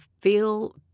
feel